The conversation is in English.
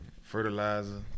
fertilizer